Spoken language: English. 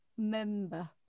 Member